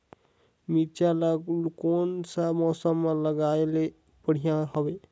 मिरचा ला कोन सा मौसम मां लगाय ले बढ़िया हवे